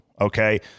Okay